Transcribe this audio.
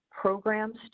programs